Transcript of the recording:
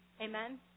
Amen